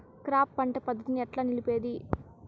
Crop పంట పద్ధతిని ఎట్లా నిలిపేది?